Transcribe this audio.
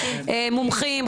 מומחים,